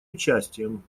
участием